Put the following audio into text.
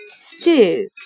stew